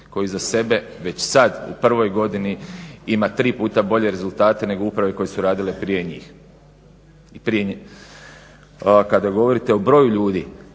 koji iza sebe već sad u prvoj godini ima tri puta bolje rezultate nego uprave koje su radile prije njih. A kada govorite o broju ljudi,